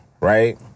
right